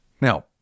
Now